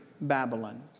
Babylon